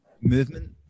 movement